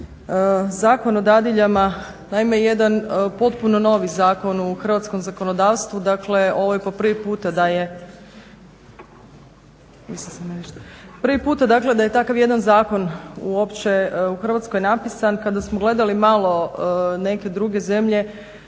Zakon o dadiljama, naime jedan potpuno novi zakon u hrvatskom zakonodavstvu. Dakle ovo je po prvi puta da je takav jedan zakon uopće u Hrvatskoj napisan. Kada smo gledali malo neke druge zemlje